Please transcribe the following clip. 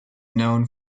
known